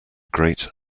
great